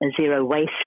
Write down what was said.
zero-waste